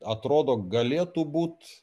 atrodo galėtų būt